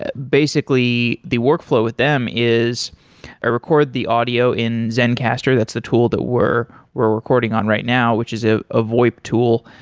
ah basically, the workflow with them is i record the audio in zencastr. that's the tool that we're we're recording on right now, which is a ah voip tool.